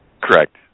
Correct